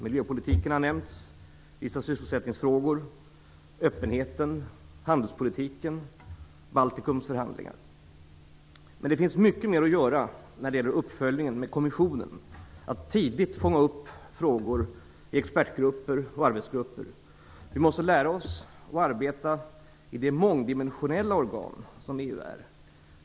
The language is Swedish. Man har nämnt miljöpolitiken, vissa sysselsättningsfrågor, öppenheten, handelspolitiken och Baltikums förhandlingar. Men det finns mycket mer att göra när det gäller uppföljningen med kommissionen. Det handlar om att tidigt fånga upp frågor i expertgrupper och arbetsgrupper. Vi måste lära oss att arbeta i det mångdimensionella organ som EU är.